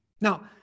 Now